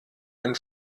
ein